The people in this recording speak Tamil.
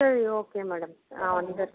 சரி ஓகே மேடம் ஆ வந்துடுறேன்